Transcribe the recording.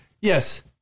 Yes